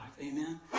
Amen